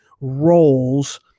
roles